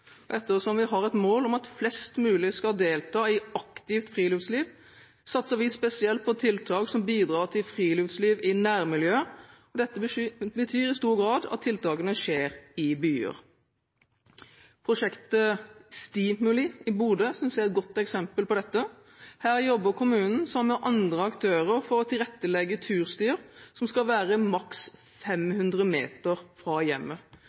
Ettersom vi har et mål om at flest mulig skal delta i aktivt friluftsliv, satser vi spesielt på tiltak som bidrar til friluftsliv i nærmiljøet, og dette betyr i stor grad at tiltakene skjer i byer. Prosjektet STImuli i Bodø synes jeg er et godt eksempel på dette. Her jobber kommunen sammen med andre aktører for å tilrettelegge turstier som skal være maks 500 meter fra hjemmet.